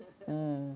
mm